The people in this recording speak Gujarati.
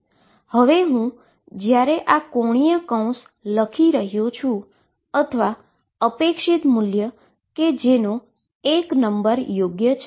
હવે જ્યારે પણ હું આ એન્ગ્યુલર બ્રેકેટ લખી રહ્યો છું અથવા એક્સપેક્ટેશન વેલ્યુ કે જેનો એક નંબર યોગ્ય છે